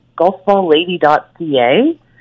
golfballlady.ca